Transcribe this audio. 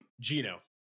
Gino